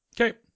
Okay